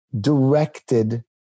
directed